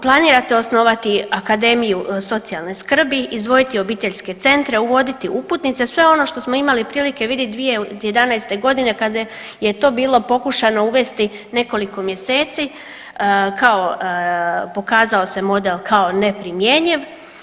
Planirate osnovati akademiju socijalne skrbi, izdvojiti obiteljske centre, uvoditi uputnice sve ono što smo imali prilike vidjeti 2011. godine kada je to bilo pokušano uvesti nekoliko mjeseci kao pokazao se model kao neprimjenjiv.